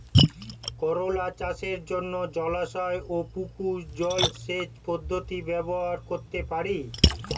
করোলা চাষের জন্য জলাশয় ও পুকুর জলসেচ পদ্ধতি ব্যবহার করতে পারি?